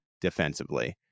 defensively